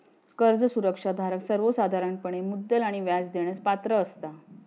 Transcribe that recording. कर्ज सुरक्षा धारक सर्वोसाधारणपणे मुद्दल आणि व्याज देण्यास पात्र असता